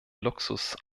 luxus